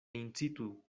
incitu